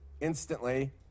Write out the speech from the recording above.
Instantly